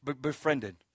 befriended